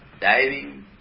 diving